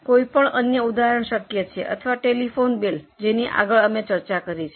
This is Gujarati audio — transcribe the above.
કોઈપણ અન્ય ઉદાહરણ શક્ય છે અથવા ટેલિફોન બિલ જેની અમે ચર્ચા કરી છે